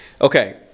Okay